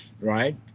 Right